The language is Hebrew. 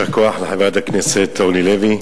יישר כוח לחברת הכנסת אורלי לוי.